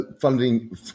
funding